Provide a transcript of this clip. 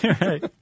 Right